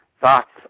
thoughts